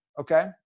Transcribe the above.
okay